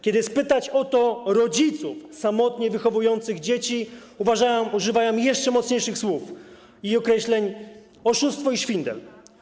Kiedy spytać o to rodziców samotnie wychowujących dzieci, używają jeszcze mocniejszych słów i określeń: oszustwo i szwindel.